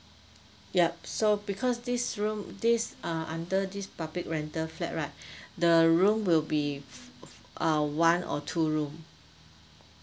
yup so because this room this uh under this public rental flat right the room will be uh one or two room